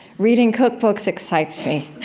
reading cookbooks excites me.